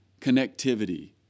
connectivity